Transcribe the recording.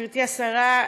גברתי השרה,